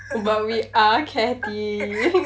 but we are catty